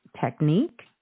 technique